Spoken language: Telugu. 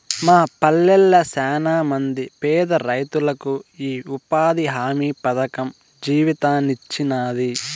మా పల్లెళ్ళ శానమంది పేదరైతులకు ఈ ఉపాధి హామీ పథకం జీవితాన్నిచ్చినాది